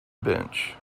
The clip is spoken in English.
bench